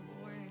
Lord